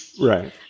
Right